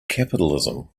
capitalism